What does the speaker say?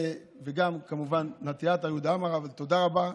וגם כמובן נתי בן עטר, יהודה עמר, אבל תודה רבה.